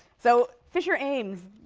so fisher ames,